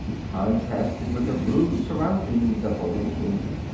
contrasted with the rude surroundings of the little room.